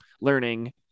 learning